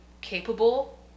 capable